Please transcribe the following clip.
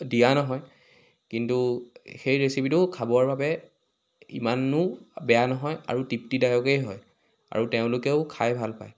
দিয়া নহয় কিন্তু সেই ৰেচিপিটো খাবৰ বাবে ইমানো বেয়া নহয় আৰু তৃপ্তিদায়কেই হয় আৰু তেওঁলোকেও খাই ভাল পায়